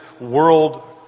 world